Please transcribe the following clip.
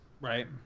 Right